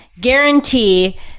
guarantee